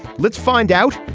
let's find out.